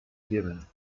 given